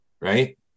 Right